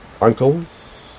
uncles